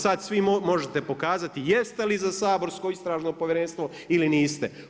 Sad svi možete pokazati jeste li za saborsko Istražno povjerenstvo ili niste.